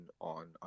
on